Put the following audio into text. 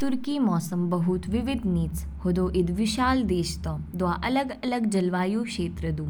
तुर्की मौसम बहुत विविध निच, हदौ ईद विशाल देश तौ, दवा अलग अलग जलवायु क्षेत्र दु।